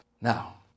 Now